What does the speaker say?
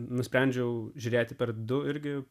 nusprendžiau žiūrėti per du irgi